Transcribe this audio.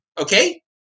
Okay